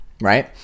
right